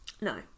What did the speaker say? No